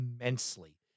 immensely